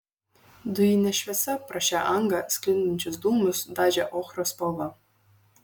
dujinė šviesa pro šią angą sklindančius dūmus dažė ochros spalva